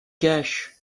cache